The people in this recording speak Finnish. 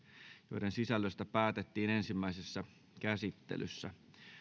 joiden sisällöstä päätettiin ensimmäisessä käsittelyssä